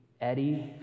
eddie